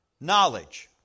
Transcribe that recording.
knowledge